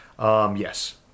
Yes